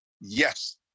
Yes